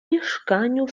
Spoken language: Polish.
mieszkaniu